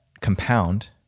compound